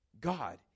God